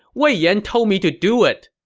wei yan told me to do it!